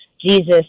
Jesus